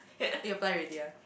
then you apply already ah